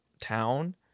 town